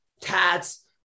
tats